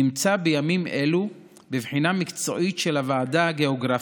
נמצא בימים אלו בבחינה מקצועית של הוועדה הגיאוגרפית.